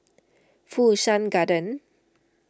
Fu Shan Garden